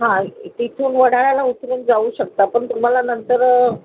हां इ इथून वडाळ्याला उतरून जाऊ शकता पण तुम्हाला नंतर